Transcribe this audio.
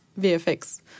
VFX